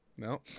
No